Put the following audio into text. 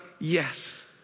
yes